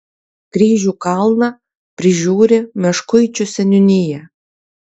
kryžių kalną prižiūri meškuičių seniūnija